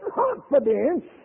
confidence